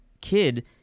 kid